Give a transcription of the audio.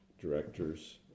directors